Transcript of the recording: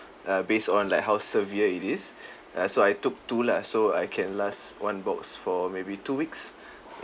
uh based on like how severe it is ya so I took two lah so I can last one box for maybe two weeks